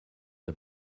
the